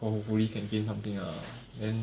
hopefully can gain something ah then